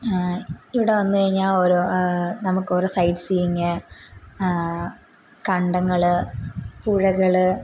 ഇവിടെ വന്ന് കഴിഞ്ഞാൽ ഓരോ നമുക്ക് ഓരോ സൈഡ്സീയിങ് കണ്ടങ്ങൾ പുഴകൾ